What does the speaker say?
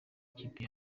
ikipe